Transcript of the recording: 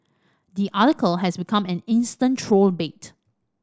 the article has become an instant troll bait